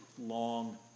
long